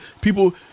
people